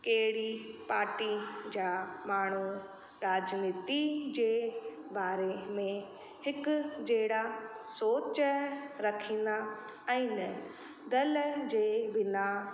कहिड़ी पार्टी जा माण्हू राजनीती जे बारे में हिकु जहिड़ा सोच रखींदा आहिनि दल जे बिना